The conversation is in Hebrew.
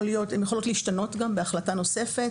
הן יכולות להשתנות בהחלטה נוספת.